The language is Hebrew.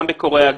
גם בקוריאה,